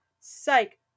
psych